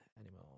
anymore